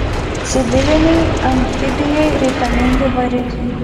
civilinei amfibijai reikalingi varikliai